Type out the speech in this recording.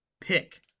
pick